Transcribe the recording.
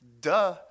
Duh